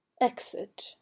exit